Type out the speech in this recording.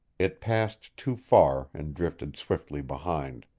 it passed too far, and drifted swiftly behind.